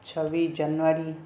छवीं जनवरी